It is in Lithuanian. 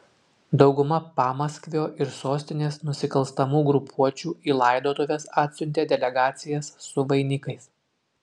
dauguma pamaskvio ir sostinės nusikalstamų grupuočių į laidotuves atsiuntė delegacijas su vainikais